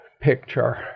picture